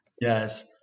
yes